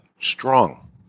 strong